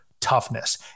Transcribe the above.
toughness